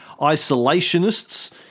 isolationists